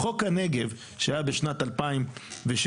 חוק הנגב שהיה בשנת 2007,